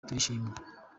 turishimye